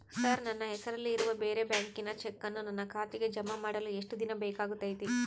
Sir ನನ್ನ ಹೆಸರಲ್ಲಿ ಇರುವ ಬೇರೆ ಬ್ಯಾಂಕಿನ ಚೆಕ್ಕನ್ನು ನನ್ನ ಖಾತೆಗೆ ಜಮಾ ಮಾಡಲು ಎಷ್ಟು ದಿನ ಬೇಕಾಗುತೈತಿ?